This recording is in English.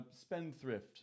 spendthrift